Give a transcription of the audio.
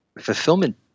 fulfillment